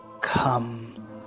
come